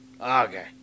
Okay